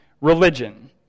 religion